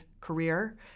career